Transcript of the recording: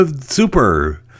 super